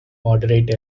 moderate